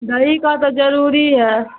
دہی کا تو ضروری ہے